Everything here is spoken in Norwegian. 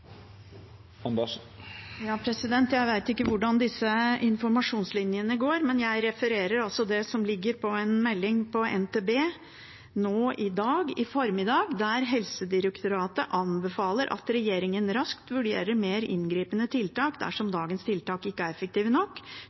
Jeg vet ikke hvordan disse informasjonslinjene går, men jeg refererer altså til det som ligger som en melding på NTB nå i dag – i formiddag – der Helsedirektoratet anbefaler at regjeringen raskt vurderer mer inngripende tiltak dersom dagens tiltak ikke er effektive nok.